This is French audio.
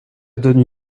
donne